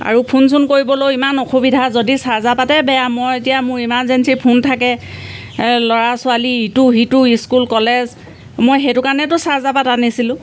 আৰু ফোন চোন কৰিবলৈও ইমান অসুবিধা যদি চাৰ্জাৰ পাতে বেয়া মই এতিয়া মোৰ ইমাৰ্জেঞ্চি ফোন থাকে ল'ৰা ছোৱালী ইটো সিটো স্কুল কলেজ মই সেইটো কাৰণেতো চাৰ্জাৰ পাত আনিছিলোঁ